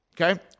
Okay